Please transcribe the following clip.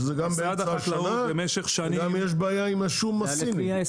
שזה גם באמצע השנה וגם יש בעיה עם השום הסיני.